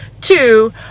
two